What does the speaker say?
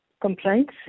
complaints